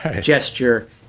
gesture